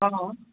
অঁ